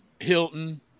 Hilton